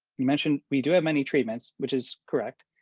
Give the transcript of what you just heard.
you mention we do have many treatments, which is correct.